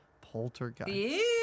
Poltergeist